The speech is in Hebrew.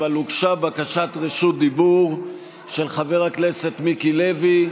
אבל הוגשה בקשת רשות דיבור של חבר הכנסת מיקי לוי.